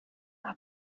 hat